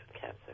cancer